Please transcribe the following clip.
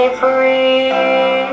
free